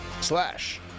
slash